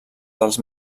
dels